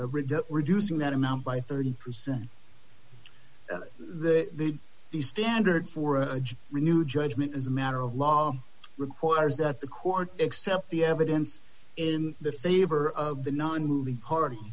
to reduce reducing that amount by thirty percent the the standard for a renewed judgment as a matter of law requires that the court except the evidence is in the favor of the nonmoving party